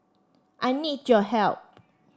I need your help